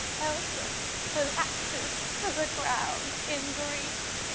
elsa collapses to the ground in grief.